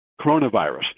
coronavirus